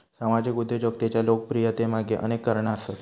सामाजिक उद्योजकतेच्या लोकप्रियतेमागे अनेक कारणा आसत